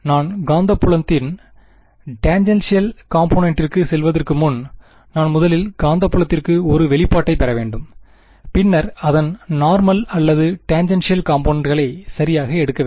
நான் காந்தப்புலத்தின் டேன்ஜெண்ஷியல் காம்பொனன்ட்டிற்கு செல்வதற்கு முன் நான் முதலில் காந்தப்புலத்திற்கு ஒரு வெளிப்பாட்டைப் பெற வேண்டும் பின்னர் அதன் நார்மல் அல்லது டேன்ஜெண்ஷியல் காம்பொனன்ட்களை சரியாக எடுக்க வேண்டும்